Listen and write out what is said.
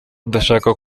ndashaka